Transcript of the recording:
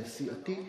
סיעתי.